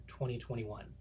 2021